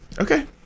Okay